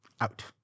Out